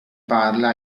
parla